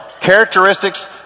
characteristics